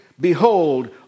Behold